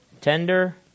tender